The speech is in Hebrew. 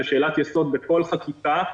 זו שאלת יסוד בכל חקיקה,